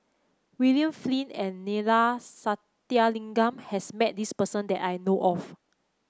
William Flint and Neila Sathyalingam has met this person that I know of